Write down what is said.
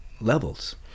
levels